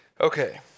Okay